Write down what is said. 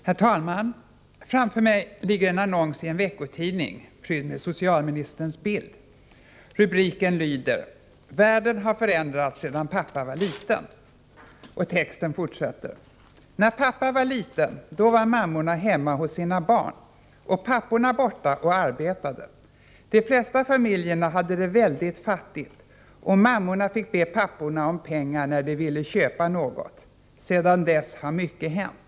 Herr talman! Framför mig ligger en annons i en veckotidning, prydd med socialministerns bild. Rubriken lyder: Världen har förändrats sedan pappa var liten! Texten fortsätter: ”När pappa var liten då var mammorna hemma hos sina barn. Och papporna borta och arbetade. De flesta familjerna hade det väldigt fattigt och mammorna fick be papporna om pengar när de ville köpa något. Sedan dess har mycket hänt .